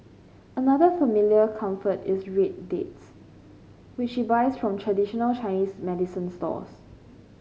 another familiar comfort is red dates which she buys from traditional Chinese medicine stores